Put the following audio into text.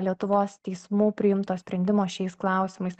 lietuvos teismų priimto sprendimo šiais klausimais